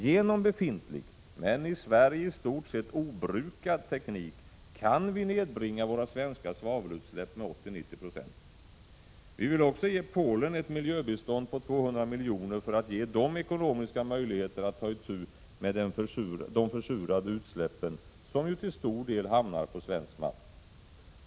Genom befintlig, men i Sverige i stort sett obrukad, teknik kan vi nedbringa våra svenska svavelutsläpp med 80-90 96. Vi vill också ge Polen ett miljöbistånd på 200 miljoner för att ge dem ekonomiska möjligheter att ta itu med de försurande utsläppen, som ju till stor del hamnar på svensk mark.